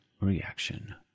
reaction